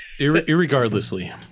Irregardlessly